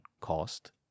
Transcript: cost